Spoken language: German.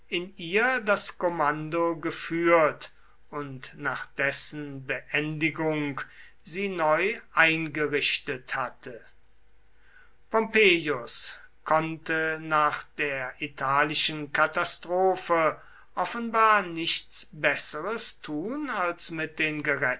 in ihr das kommando geführt und nach dessen beendigung sie neu eingerichtet hatte pompeius konnte nach der italischen katastrophe offenbar nichts besseres tun als mit den